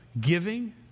giving